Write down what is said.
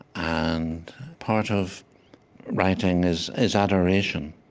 and part of writing is is adoration.